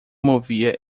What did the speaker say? movia